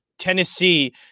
Tennessee